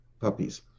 puppies